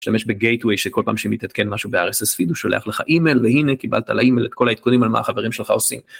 שמש ב-gateway שכל פעם שמי תתקן משהו ב-rss-feed הוא שולח לך אימייל והנה קיבלת לאימייל את כל העידכונים על מה החברים שלך עושים.